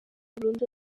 burundu